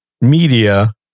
media